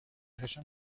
région